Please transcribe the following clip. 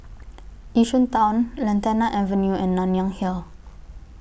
Yishun Town Lantana Avenue and Nanyang Hill